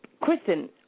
Kristen